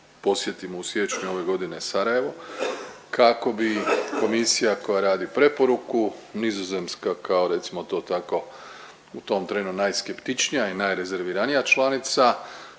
posjetimo u siječnju ove godine Sarajevo kako bi komisija koja radi preporuku, Nizozemska kao recimo to tako u tom trenu najskeptičnija i najrezerviranija članica